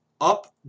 Up